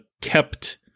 kept –